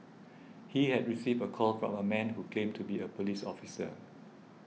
he had received a call from a man who claimed to be a police officer